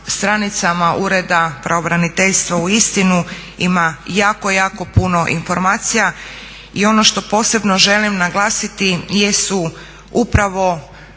Ureda pravobraniteljstva uistinu ima jako, jako puno informacija. I ono što posebno želim naglasiti jesu upravo